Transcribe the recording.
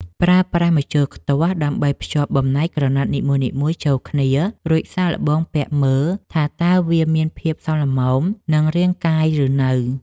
ប្រើប្រាស់ម្ជុលខ្ទាស់ដើម្បីភ្ជាប់បំណែកក្រណាត់នីមួយៗចូលគ្នា រួចសាកល្បងពាក់មើលថាតើវាមានភាពសមល្មមនឹងរាងកាយឬនៅ។